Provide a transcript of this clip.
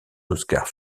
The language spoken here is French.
oscars